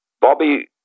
Bobby